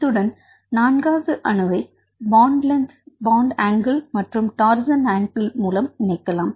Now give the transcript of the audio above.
இத்துடன் நான்காவது அணுவை பான்ட் லென்த் பான்ட் ஆங்கிள் மற்றும் டார்சன் ஆங்கிள் மூலம் இணைக்கலாம்